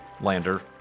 Lander